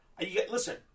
Listen